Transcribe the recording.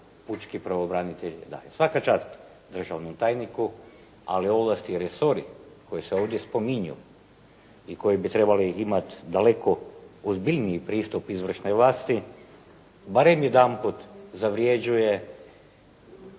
pučki pravobranitelj daje. Svaka čast državnom tajniku ali ovlast je resori koji se ovdje spominju i koji bi trebali imati daleko ozbiljniji pristup izvršnoj vlasti barem jedanput zavređuje